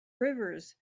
rivers